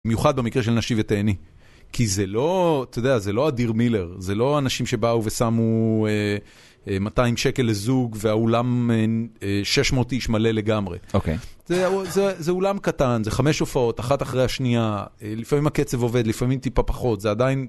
מיוחד במקרה של נשי ותהני, כי זה לא, אתה יודע, זה לא אדיר מילר, זה לא אנשים שבאו ושמו 200 שקל לזוג והאולם 600 איש מלא לגמרי. אוקיי. זה אולם קטן, זה חמש הופעות, אחת אחרי השנייה, לפעמים הקצב עובד, לפעמים טיפה פחות, זה עדיין...